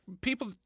people